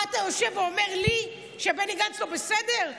מה אתה יושב ואומר לי שבני גנץ לא בסדר?